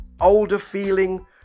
older-feeling